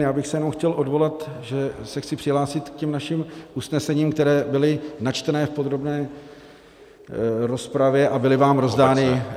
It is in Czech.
Já bych se jenom chtěl odvolat, že se chci přihlásit k těm našim usnesením, která byla načtena v podrobné rozpravě a byla vám rozdána...